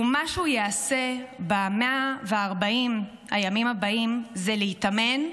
ומה שהוא יעשה ב-140 הימים הבאים הוא להתאמן,